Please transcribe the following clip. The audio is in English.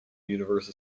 universe